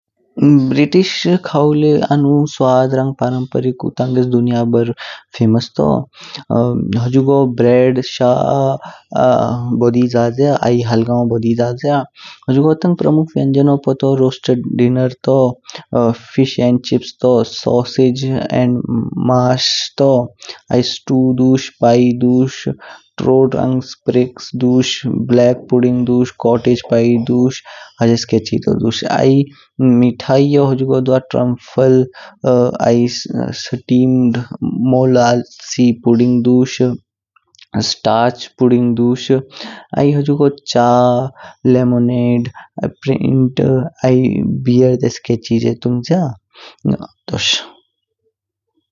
ब्रिटिश खावू ले आनु स्वाध रंग परम्परिकु टाङेस दुन्या बृ प्रसिद्ध तू। होजुगो ब्रेड, शा बोडी जाज्या। आइ हलगाँउले जाजग्या। हूजुगो टाङ प्रमुख व्यञ्जनो पू तू रोस्टेड डिनर तू, फिश एंड चिप्स तू, सोसेज एंड माश तू। आइ स्टु दुश, पाई दुश, त्रोड रंग स्प्रिक्स दुश, ऐक्ट पुडिंग दुश, काटेज पाई दुश ह्येस्के चिजो दुश। आइ मीठाइऊ हूजुगो द्वा ट्रम्पफहल, आइ स्टीमड मोलासी पुडिंग दुश, स्टार्च पुडिंग दुश। आइ हूजुगो चा, लेमोनेड, अप्रिंट आइ बीयर देस्के चिजो तुंग्ज्या तोश।